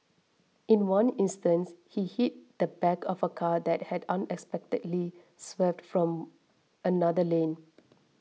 in one instance he hit the back of a car that had unexpectedly swerved from another lane